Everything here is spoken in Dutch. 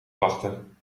klachten